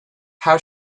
how